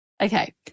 Okay